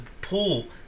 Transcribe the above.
pool